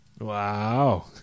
Wow